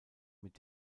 mit